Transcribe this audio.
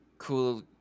Cool